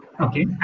Okay